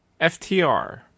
FTR